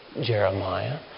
Jeremiah